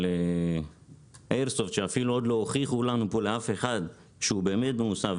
אבל איירסופט שאפילו עוד לא הוכיחו לנו פה לאף אחד שהוא באמת מוסב,